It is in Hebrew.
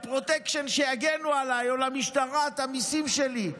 לפרוטקשן שיגנו עליי או למשטרה את המיסים שלי?